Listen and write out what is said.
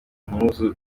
impuzu